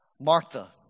Martha